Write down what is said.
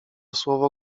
słowo